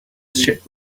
ship